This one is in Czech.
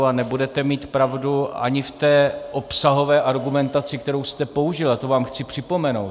A nebudete mít pravdu ani v té obsahové argumentaci, kterou jste použil, a to vám chci připomenout.